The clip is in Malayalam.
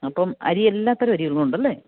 അപ്പോള് അരി എല്ലാത്തരം അരികളുമുണ്ടല്ലേ